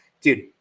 dude